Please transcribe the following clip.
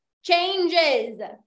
changes